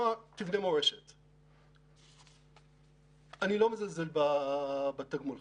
אמרתי שלוחם חי"ר מבצע בממוצע 13 ימים,